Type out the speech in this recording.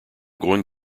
going